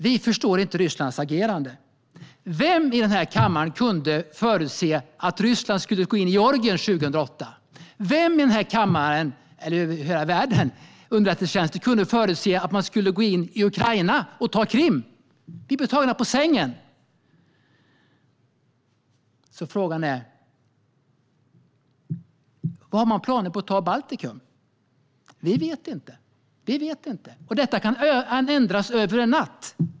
Vi förstår inte Rysslands agerande. Vem i den här kammaren kunde förutse att Ryssland skulle gå in i Georgien 2008? Vem i den här kammaren, eller i hela världen, kunde förutse att man skulle gå in i Ukraina och ta Krim? Vi blev tagna på sängen. Frågan är: Vad har man planer på att ta i Baltikum? Vi vet inte. Och detta kan ändras över en natt.